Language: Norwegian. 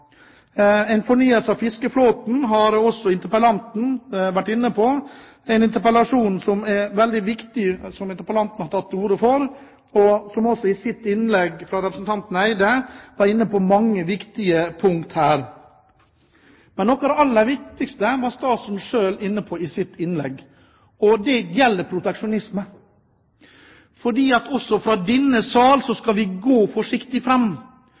En fornyelse av fiskeflåten har også interpellanten vært inne på og tatt til orde for. Representanten Andersen Eide var i sitt innlegg inne på mange viktige punkt her. Men noe av det aller viktigste var statsråden selv inne på i sitt innlegg, og det gjelder proteksjonisme. Også i denne sal skal vi gå forsiktig fram.